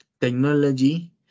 technology